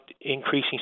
increasing